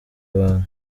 abantu